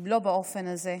לא באופן הזה.